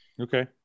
Okay